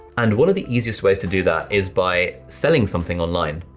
and one of the easiest ways to do that is by selling something online.